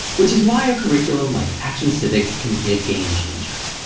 which is why a curriculum like action civics can be a game changer.